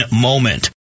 moment